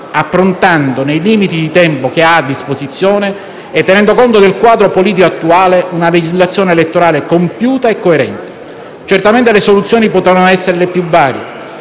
approntando, nei limiti di tempo che ha a disposizione e tenendo conto del quadro politico attuale, una legislazione elettorale compiuta e coerente. Certamente le soluzioni potevano essere le più varie: